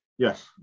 Yes